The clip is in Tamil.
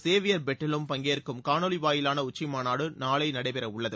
சேவியர் பெட்டலும் பங்கேற்கும் காணொலி வாயிலான உச்சி மாநாடு நாளை நடைபெறவுள்ளது